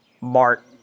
mark